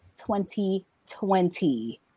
2020